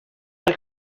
like